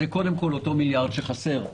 זה קודם כול אותו מיליארד שחסר.